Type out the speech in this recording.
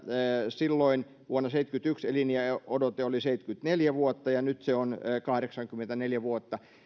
silloin vuonna seitsemänkymmentäyksi eliniänodote oli seitsemänkymmentäneljä vuotta ja nyt se on kahdeksankymmentäneljä vuotta